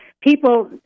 people